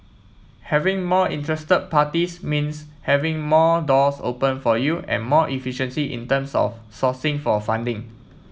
having more interested parties means having more doors open for you and more efficiency in terms of sourcing for funding